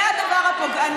הן הדבר הפוגעני,